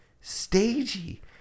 stagey